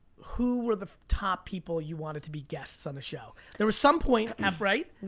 who were the top people you wanted to be guests on the show? there was some point um right, and